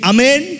Amen